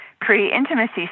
pre-intimacy